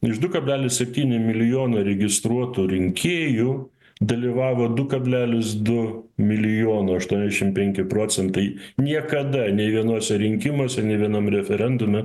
iš du kablelis septyni milijono registruotų rinkėjų dalyvavo du kablelis du milijono aštuoniasdešim penki procentai niekada nei vienuose rinkimuose nei vienam referendume